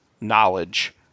knowledge